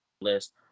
list